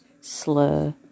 slow